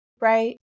Right